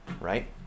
right